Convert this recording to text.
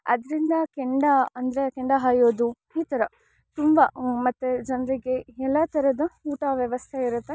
ಅದರಿಂದ ಕೆಂಡ ಅಂದರೆ ಕೆಂಡ ಹಾಯೋದು ಈ ಥರ ತುಂಬ ಮತ್ತು ಜನರಿಗೆ ಎಲ್ಲ ಥರದ ಊಟ ವ್ಯವಸ್ಥೆ ಇರುತ್ತೆ